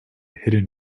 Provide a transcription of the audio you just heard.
hidden